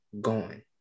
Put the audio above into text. gone